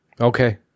Okay